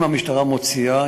אם המשטרה מוציאה,